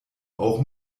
auch